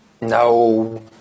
No